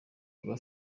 rwa